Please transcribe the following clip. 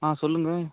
ஆ சொல்லுங்கள்